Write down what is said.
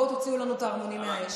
בואו תוציאו לנו את הערמונים מהאש.